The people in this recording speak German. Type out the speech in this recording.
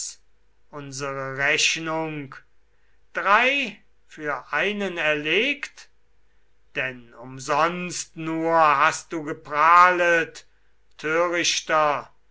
unsere rechnung drei für einen erlegt denn umsonst nur hast du geprahlet